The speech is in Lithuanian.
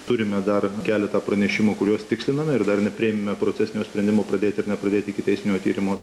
turime dar keletą pranešimų kuriuos tiksliname ir dar nepriėmėme procesinio sprendimo pradėti ir nepradėti ikiteisminio tyrimo